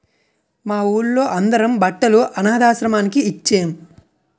మా వూళ్ళో అందరం బట్టలు అనథాశ్రమానికి ఇచ్చేం